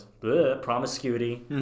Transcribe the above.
promiscuity